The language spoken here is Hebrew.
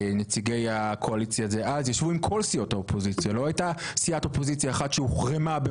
ידי הקואליציה ובין אם ככלי אופוזיציוני שהאופוזיציה עצמה השתמשה